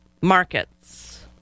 markets